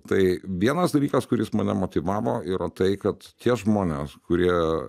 tai vienas dalykas kuris mane motyvavo yra tai kad tie žmonės kurie